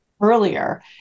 earlier